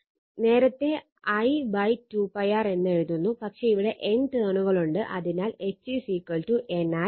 നേരത്തെ I 2 π r എന്ന് എഴുതുന്നു പക്ഷേ ഇവിടെ N ടേണുകളുണ്ട് അതിനാൽ H NI 2πr ആണ്